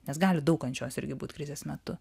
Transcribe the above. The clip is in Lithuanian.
nes gali daug kančios irgi būt krizės metu